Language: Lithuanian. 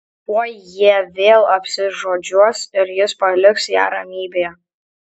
tuoj jie vėl apsižodžiuos ir jis paliks ją ramybėje